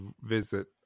visit